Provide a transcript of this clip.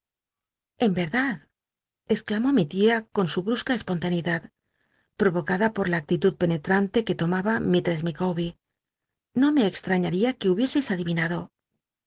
en verdad exclamó mi tia con su brusca espontaneidad provocada por la actitud penetran le que tomaba mistress lieawber no me extrañaría c ue hubieseis adivinado